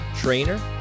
trainer